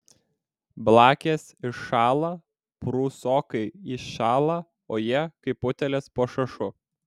blakės iššąla prūsokai iššąla o jie kaip utėlės po šašu